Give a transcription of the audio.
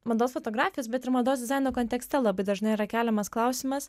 mados fotografijos bet ir mados dizaino kontekste labai dažnai yra keliamas klausimas